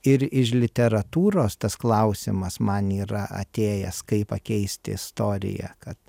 ir iš literatūros tas klausimas man yra atėjęs kaip pakeisti istoriją kad